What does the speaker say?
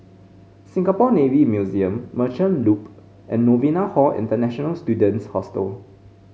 Singapore Navy Museum Merchant Loop and Novena Hall International Students Hostel